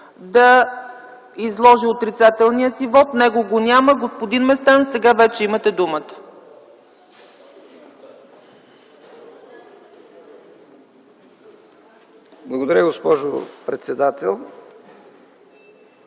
да изложи отрицателния си вот. Него го няма. Господин Местан, сега вече имате думата. ЛЮТВИ МЕСТАН (ДПС): Благодаря, госпожо председател.